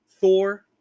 Thor